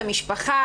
המשפחה,